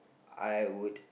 I would